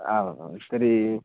आमां तर्हि